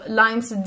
lines